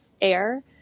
air